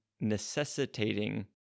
necessitating